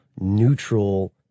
neutral